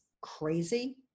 crazy